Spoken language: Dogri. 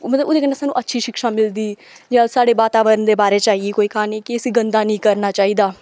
ओह् मतलब ओहदे कन्नै सानू अच्छी शिक्षा मिलदी जियां साढ़े वातावरण दे बारे च आई गेई कोई क्हानी कि इसी गंदा नेईं करना चाहिदा